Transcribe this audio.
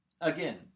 again